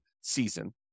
season